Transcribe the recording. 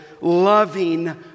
loving